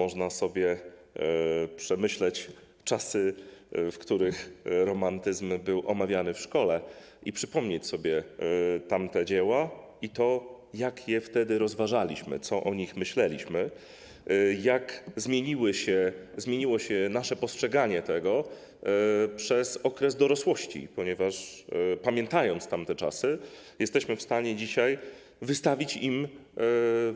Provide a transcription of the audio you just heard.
Można sobie przemyśleć czasy, w których romantyzm był omawiany w szkole, i przypomnieć sobie tamte dzieła i to, jak je wtedy rozważaliśmy, co o nich myśleliśmy, jak zmieniło się nasze postrzeganie tego przez okres dorosłości, ponieważ pamiętając tamte czasy, jesteśmy w stanie dzisiaj